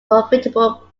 profitable